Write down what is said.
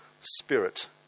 spirit